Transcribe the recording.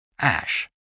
ash